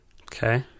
Okay